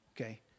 Okay